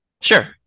Sure